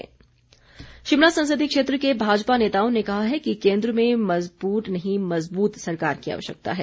प्रैसवार्ता शिमला संसदीय क्षेत्र के भाजपा नेताओं ने कहा है कि केन्द्र में मजबूर नहीं मजबूत सरकार की आवश्यकता है